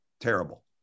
Terrible